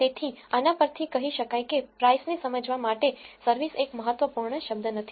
તેથી આના પરથી કહી શકાય કે price ને સમજાવવા માટે service એક મહત્વપૂર્ણ શબ્દ નથી